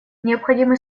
необходимы